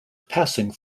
passing